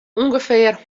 ûngefear